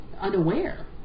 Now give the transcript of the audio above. unaware